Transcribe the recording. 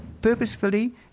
purposefully